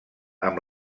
amb